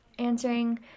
answering